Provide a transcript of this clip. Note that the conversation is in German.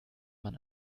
man